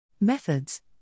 Methods